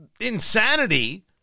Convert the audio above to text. insanity